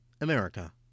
America